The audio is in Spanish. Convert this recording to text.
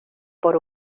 por